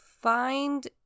find